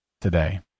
today